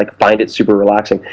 like find it super-relaxing.